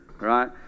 right